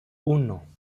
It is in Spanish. uno